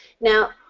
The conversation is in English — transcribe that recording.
Now